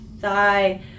thigh